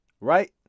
right